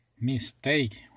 mistake